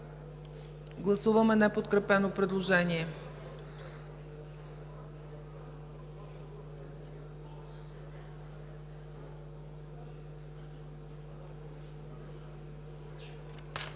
гласуване неподкрепеното предложение